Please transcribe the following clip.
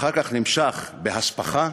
אחר כך נמשך ב"הספחה",